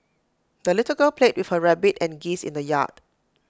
the little girl played with her rabbit and geese in the yard